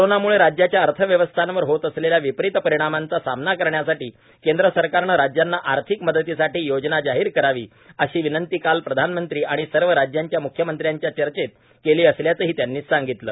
कोरोनामुळे राज्यांच्या अर्थव्यवस्थांवर होत असलेल्या विपरीत परिणामांचा सामना करण्यासाठी केंद्र सरकारनं राज्यांना आर्थिक मदतीसाठी योजना जाहीर करावी अशी विनंती काल प्रधानमंत्री आणि सर्व राज्यांच्या म्ख्यमंत्र्यांच्या चर्चेत केली असल्याचंही त्यांनी सांगितलं